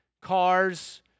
cars